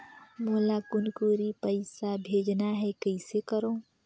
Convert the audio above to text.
मोला कुनकुरी पइसा भेजना हैं, कइसे करो?